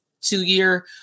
two-year